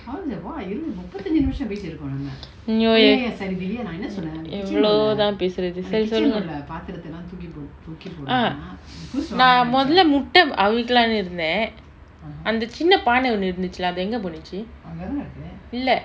oh ya எவலோதா பேசுறது சரி சொல்லுங்க:evalothaa pesurathu sari sollunga ah நா மொதல்ல முட்ட அவிகலானு இருந்த அந்த சின்ன பான ஒன்னு இருந்துசுல அது எங்க போனிச்சு இல்ல:na mothalla mutta avikalanu iruntha antha chinna paana onnu irunthuchula athu enga ponichu illa